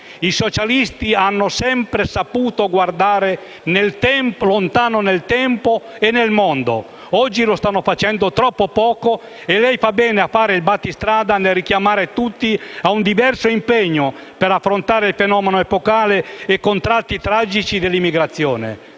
I socialisti hanno sempre saputo guardare lontano nel tempo e nel mondo; oggi lo stanno facendo troppo poco e lei fa bene a fare il battistrada nel richiamare tutti a un diverso impegno per affrontare il fenomeno epocale, e con tratti tragici, dell'immigrazione,